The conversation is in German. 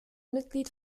mitglied